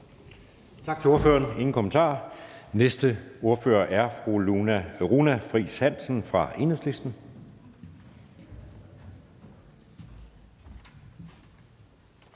Tak til ordføreren. Der er ingen kommentarer. Den næste ordfører er fru Runa Friis Hansen fra Enhedslisten.